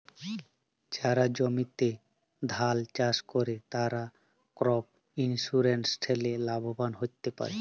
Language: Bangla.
যারা জমিতে ধাল চাস করে, তারা ক্রপ ইন্সুরেন্স ঠেলে লাভবান হ্যতে পারে